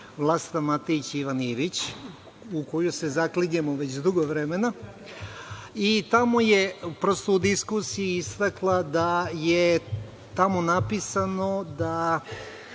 Vlasta Matejić i Ivan Ivić, u koju se zaklinjemo već dugo vremena. Tamo je u diskusiji istakla da je tamo napisano da